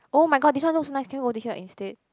oh-my-god this one looks nice can we go eat here instead